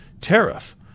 tariff